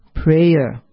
Prayer